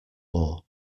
more